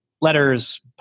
letters